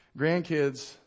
grandkids